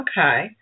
Okay